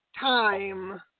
time